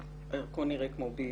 הירקון נראה כמו ביוב.